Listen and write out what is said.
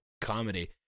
comedy